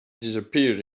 disappeared